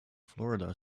florida